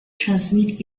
transmit